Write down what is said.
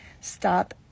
Stop